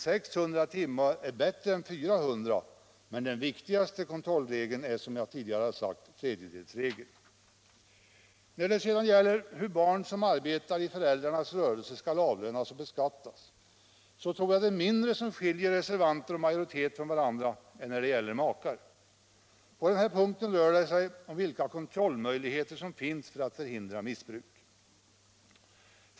600 timmar är dock bättre än 400, men den viktigaste kontrollregeln är, som jag tidigare har sagt, ändå tredjedelsregeln. När det sedan gäller hur barn som arbetar i föräldrarnas rörelse skall avlönas och beskattas så tror jag det är mindre som skiljer reservanter och majoritet från varandra än när det gäller makar. På den här punkten rör det sig om vilka kontrollmöjligheter som finns för att förhindra missbruk.